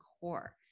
core